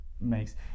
makes